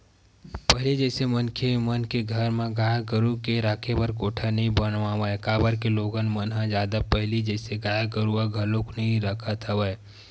पहिली जइसे मनखे मन के घर म गाय गरु के राखे बर कोठा नइ बनावय काबर के लोगन मन ह जादा पहिली जइसे गाय गरुवा घलोक नइ रखत हवय